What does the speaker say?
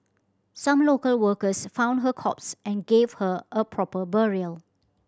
some local workers found her corpse and gave her a proper burial